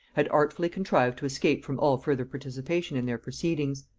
had artfully contrived to escape from all further participation in their proceedings.